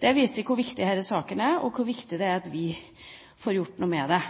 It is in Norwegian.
Det viser hvor viktig denne saken er, og hvor viktig det er at vi får gjort noe med det.